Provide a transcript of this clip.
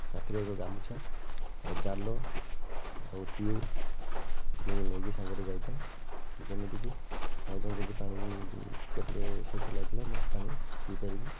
ସାଥିରେ ଏକ ଗାମୁଛା ଆଉ ଜାଲ ଆଉ ଟିୟୁ ନେଇକି ସାଙ୍ଗରେ ଯାଇଥାଏ ଯେମିତିକି ବାଇ ଚାନ୍ସ ଯଦି ପାଣି ଭିତରେ ଶୋଷ ଲାଗିଲା ମୁଁ ପାଣି ପିଇପାରିବି